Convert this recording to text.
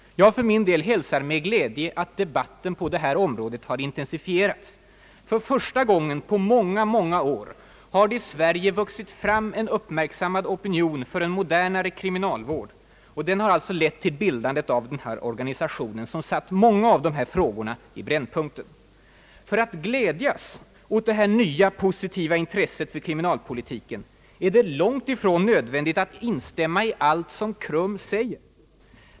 Jag för min del hälsar med glädje att debatten på detta område har intensifierats. För första gången på flera år har det i Sverige vuxit fram en uppmärksammad opinion för en modernare kriminalvård. Den opinionen har lett till bildandet av KRUM, som satt flera av dessa frågor i brännpunkten. För att glädjas åt det nya positiva intresset för kriminalpolitiken är det långt ifrån nödvändigt att instämma i allt KRUM säger.